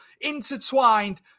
intertwined